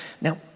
Now